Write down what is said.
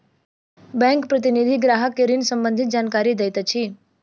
bank प्रतिनिधि ग्राहक के ऋण सम्बंधित जानकारी दैत अछि